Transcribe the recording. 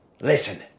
Listen